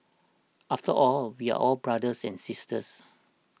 after all we are all brothers and sisters